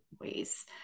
ways